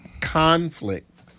conflict